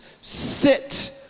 sit